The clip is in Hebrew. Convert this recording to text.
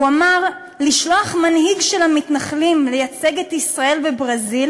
הוא אמר: לשלוח מנהיג של המתנחלים לייצג את ישראל בברזיל